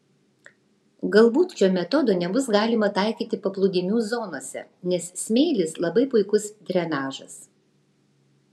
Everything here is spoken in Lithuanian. galbūt šio metodo nebus galima taikyti paplūdimių zonose nes smėlis labai puikus drenažas